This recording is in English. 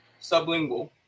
sublingual